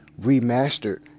Remastered